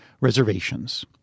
reservations